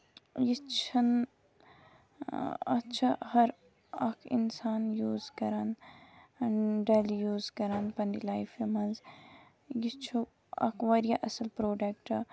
یہِ چھُنہٕ اَتھ چھےٚ ہر اکھ اِنسان یوٗز کران ڈیلی یوٗز کران پَنٕنہِ لایفہِ منٛز یہِ چھُ اکھ واریاہ اَصٕل پروڈکٹ